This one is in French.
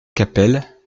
capelle